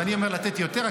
כשאני אומר לתת יותר,